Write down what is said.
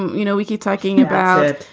you know, we keep talking about it.